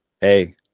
hey